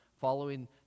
following